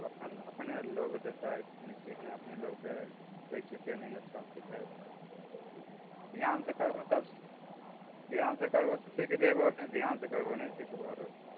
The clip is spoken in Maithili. सभ अपन अपने लोक देतै ट्रेनर अपने लोक दै हइ दै छै ट्रेनिंग अच्छा से सिखा देतै धिआन से करबै तब धिआन से करबै तऽ सिख जयबै नहि धिआन से करबै नहि सिखबै